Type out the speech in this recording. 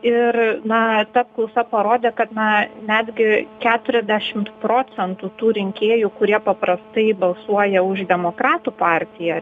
ir na ta apklausa parodė kad na netgi keturiasdešimt procentų tų rinkėjų kurie paprastai balsuoja už demokratų partiją